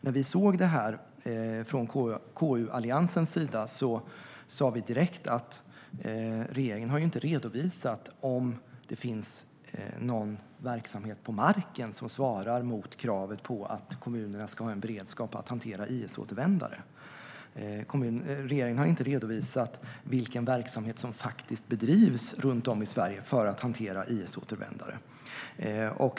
När vi från KU-alliansens sida såg detta sa vi direkt att regeringen inte har redovisat om det finns någon verksamhet på marken som svarar mot kravet på att kommunerna ska ha en beredskap att hantera IS-återvändare. Regeringen har inte redovisat vilken verksamhet som faktiskt bedrivs runt om i Sverige för att hantera IS-återvändare.